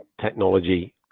technology